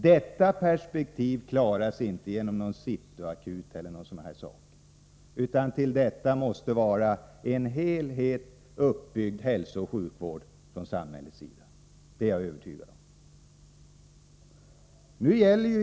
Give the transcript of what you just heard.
Detta perspektiv klaras inte genom City Akuten eller något liknande, utan en från samhällets sida till en helhet uppbyggd hälsooch sjukvård — det är jag övertygad om.